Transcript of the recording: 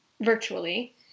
virtually